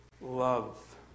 love